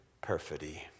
perfidy